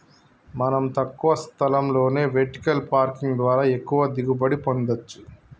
మనం తక్కువ స్థలంలోనే వెర్టికల్ పార్కింగ్ ద్వారా ఎక్కువగా దిగుబడి పొందచ్చు